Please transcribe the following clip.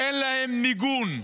אין מיגון,